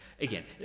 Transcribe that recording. again